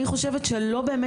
אני חושבת שלא באמת,